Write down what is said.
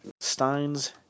Stein's